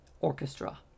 orchestra